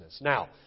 Now